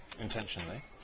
Intentionally